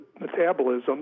metabolism